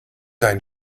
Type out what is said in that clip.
dein